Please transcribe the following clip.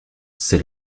c’est